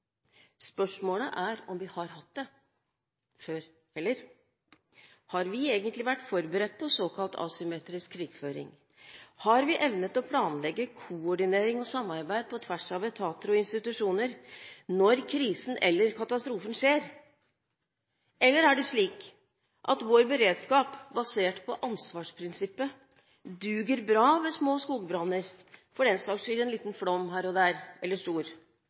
Spørsmålet er om vi har hatt det før. Har vi egentlig vært forberedt på såkalt asymmetrisk krigføring? Har vi evnet å planlegge koordinering og samarbeid på tvers av etater og institusjoner når krisen eller katastrofen skjer? Eller er det slik at vår beredskap, basert på ansvarsprinsippet, duger bra ved små skogbranner, eller for den saks skyld ved en liten eller stor flom